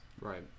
Right